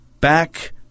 back